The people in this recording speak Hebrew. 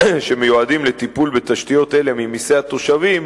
שמיועדים לטיפול בתשתיות אלה ממסי התושבים